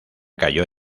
cayó